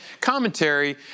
commentary